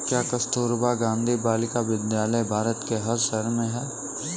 क्या कस्तूरबा गांधी बालिका विद्यालय भारत के हर शहर में है?